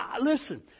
Listen